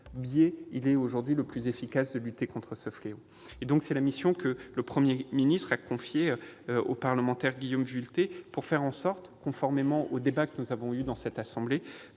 il est plus efficace de lutter contre ce fléau. Telle est la mission que le Premier ministre a confiée au parlementaire Guillaume Vuilletet pour faire en sorte, conformément au débat que nous avons eu, de mettre,